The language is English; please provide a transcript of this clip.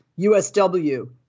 USW